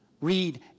Read